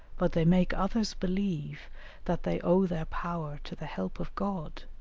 but they make others believe that they owe their power to the help of god,